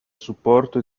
supporto